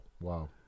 Wow